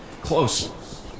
close